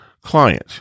client